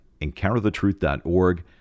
EncounterTheTruth.org